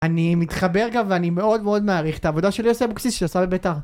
אני מתחבר גם ואני מאוד מאוד מעריך את העבודה של יוסי אבוקסיס שהוא עשה בבית"ר